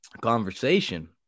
conversation